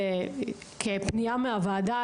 כפנייה מהוועדה,